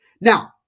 Now